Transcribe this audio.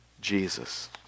Jesus